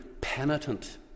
penitent